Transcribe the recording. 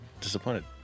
disappointed